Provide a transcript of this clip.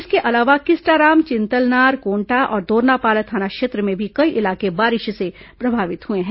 इसके अलावा किस्टाराम चिंतलनार कोंटा और दोरनापाल थाना क्षेत्र में भी कई इलाके बारिश से प्रभावित हुए हैं